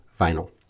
vinyl